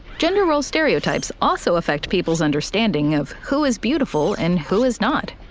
gender role stereotypes also affect people's understanding of who is beautiful and who is not.